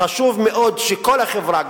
חשוב שכל החברה,